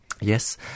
Yes